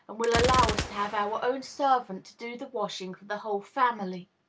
and will allow us to have our own servant to do the washing for the whole family.